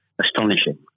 astonishing